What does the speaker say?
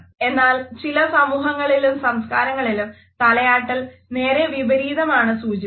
എന്നാൽ ചില സമൂഹങ്ങളിലും സംസ്കാരങ്ങളിലും തലയാട്ടാൽ നേരെ വിപരീതമാണ് സൂചിപ്പിക്കുന്നത്